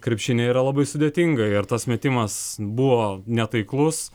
krepšinyje yra labai sudėtinga ir tas metimas buvo netaiklus